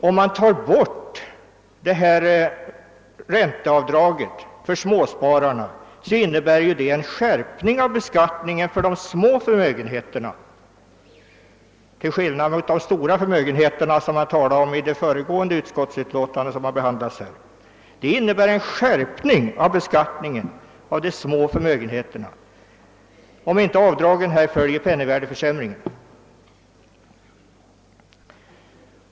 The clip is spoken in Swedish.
Om man tar bort eller minskar ränteavdraget för småspararna, innebär det ju en skärpning av beskattningen på de små förmögenheterna. Det är alltså fråga om de små, inte om de stora förmögenheterna som man har talat om i samband med det föregående utskotisbetänkandet. Det innebär en skärpning av beskattningen på de små förmögenheterna, om inte avdragen justeras med hänsyn till penningvärdeförsämringen.